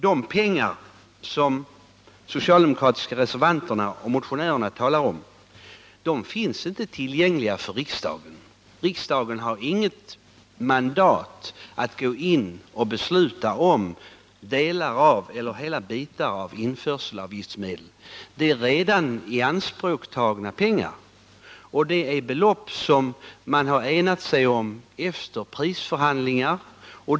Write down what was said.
De pengar som de socialdemokratiska reservanterna och motionärerna talar om finns inte tillgängliga för riksdagen. Riksdagen har inget mandat att gå in och besluta om mindre eller större delar av införselavgiftsmedel. Det är redan ianspråktagna pengar, och det är belopp som man har enats om efter prisförhandlingar.